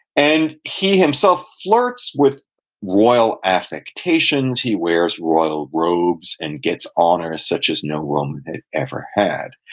and he himself flirts with royal affectations, he wears royal robes and gets honors such as no roman had ever had.